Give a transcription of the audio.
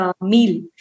meal